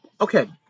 Okay